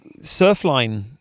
Surfline